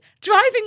driving